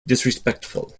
disrespectful